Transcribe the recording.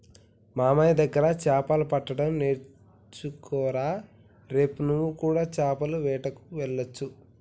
మామయ్య దగ్గర చాపలు పట్టడం నేర్చుకోరా రేపు నువ్వు కూడా చాపల వేటకు వెళ్లొచ్చు